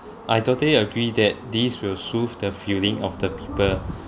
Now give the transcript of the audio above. I totally agree that these will soothe the feeling of the people